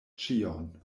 ĉion